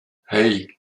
hey